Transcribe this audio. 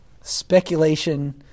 Speculation